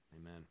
amen